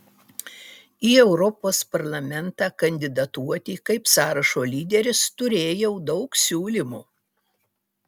į europos parlamentą kandidatuoti kaip sąrašo lyderis turėjau daug siūlymų